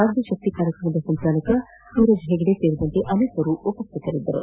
ರಾಜ್ಯ ಶಕ್ತಿ ಕಾರ್ಯಕ್ರಮದ ಸಂಚಾಲಕ ಸೂರಜ್ ಹೆಗಡೆ ಸೇರಿದಂತೆ ಅನೇಕರು ಭಾಗವಹಿಸಿದ್ದರು